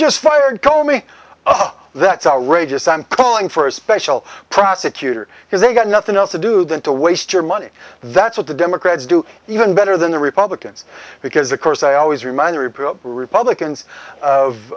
just fired told me that's outrageous i'm calling for a special prosecutor because they've got nothing else to do than to waste your money that's what the democrats do even better than the republicans because of course i always remind the repro republicans of